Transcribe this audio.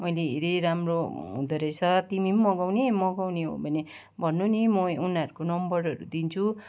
मैले हेरेँ राम्रो हुँदो रहेछ तिमी पनि मगाउने मगाउने हो भने भन्नु नि म उनीहरूको नम्बरहरू दिन्छु